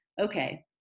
okay